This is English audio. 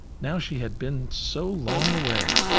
now she had been so long away,